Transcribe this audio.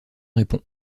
répond